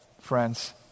friends